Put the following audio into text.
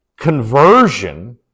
conversion